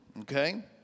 okay